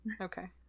Okay